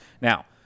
Now